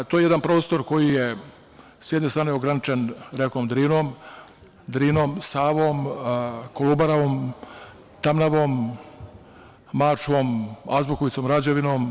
To je jedan prostor koji je, s jedne strane, ograničen rekom Drinom, Savom, Kolubarom, Tamnavom, Mačvom, Azbukovicom, Rađevinom.